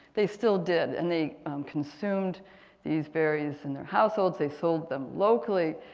they still did and they consumed these berries in their households. they sold them locally.